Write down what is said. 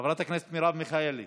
חברת הכנסת מרב מיכאלי,